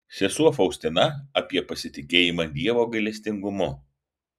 sesuo faustina apie pasitikėjimą dievo gailestingumu